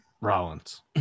Rollins